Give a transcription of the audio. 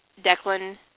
Declan